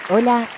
Hola